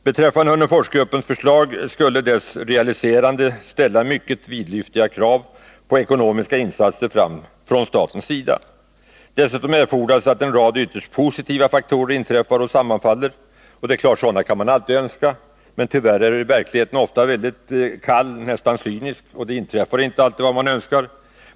Beträffande Hörneforsgruppens förslag, så skulle dess realiserande ställa mycket vidlyftiga krav på ekonomiska insatser från statens sida. Dessutom erfordras att en rad ytterst positiva faktorer sammmanfaller. Det är klart att man alltid kan önska detta, men tyvärr är verkligheten ofta mycket kall — nästan cynisk — och vad man önskar inträffar inte alltid.